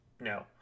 no